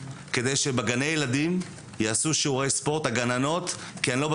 כדי שבגני ילדים הגננות יעשו שיעורי ספורט,